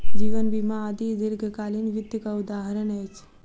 जीवन बीमा आदि दीर्घकालीन वित्तक उदहारण अछि